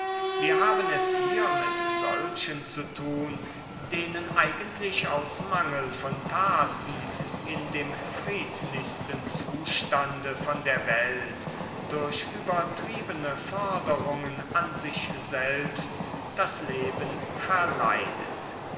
wir haben es hier mit solchen zu tun denen eigentlich aus mangel von taten in dem friedlichsten zustande von der welt durch übertriebene forderungen an sich selbst das leben verleidet